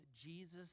Jesus